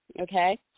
okay